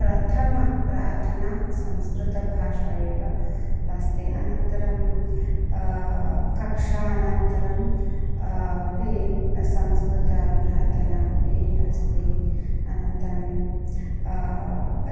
प्रथमप्रार्थना संस्कृतभाषा एव अस्ति अनन्तरं कक्षा अनन्तरं अपि संस्कृतप्रार्थना अपि अस्ति अनन्तरं